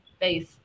Face